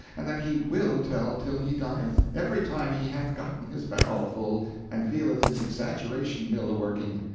and that he will tell till he dieth, every time he hath gotten his barrel full and feeleth his exaggeration-mill a-working.